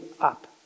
up